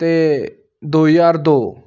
ते दो जहार दो